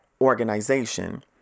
organization